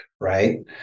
Right